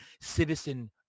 Citizen